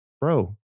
bro